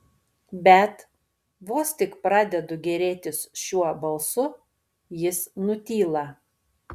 bet vos tik pradedu gėrėtis šiuo balsu jis nutyla